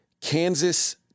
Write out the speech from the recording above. Kansas